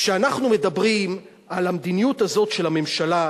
כשאנחנו מדברים על המדיניות הזאת של הממשלה,